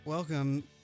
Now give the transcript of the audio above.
Welcome